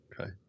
Okay